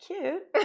Cute